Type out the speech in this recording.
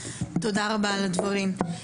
תודה רבה על הדברים.